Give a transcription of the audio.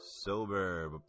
Sober